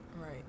Right